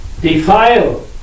defile